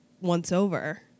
once-over